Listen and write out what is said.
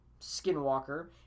Skinwalker